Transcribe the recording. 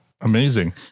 Amazing